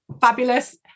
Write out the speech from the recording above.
Fabulous